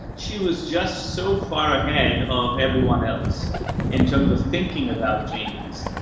she was just so far ahead of everyone else in terms of thinking about genes,